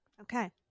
Okay